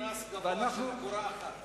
וקיבלו קנס גבוה של אגורה אחת.